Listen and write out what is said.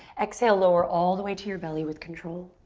exhale, lower all the way to your belly with control.